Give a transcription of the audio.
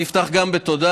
גם אני אפתח בתודה,